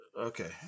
Okay